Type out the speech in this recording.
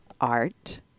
art